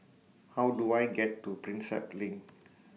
How Do I get to Prinsep LINK